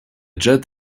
jet